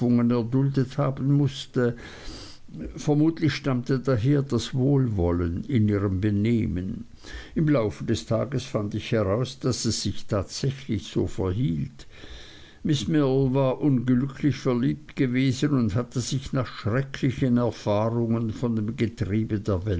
mußte vermutlich stammte daher das wohlwollen in ihrem benehmen im lauf des tages fand ich heraus daß es sich tatsächlich so verhielt miß mills war unglücklich verliebt gewesen und hatte sich nach schrecklichen erfahrungen von dem getriebe